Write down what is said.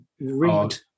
read